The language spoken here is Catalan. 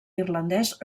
irlandès